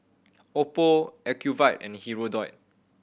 Oppo Ocuvite and Hirudoid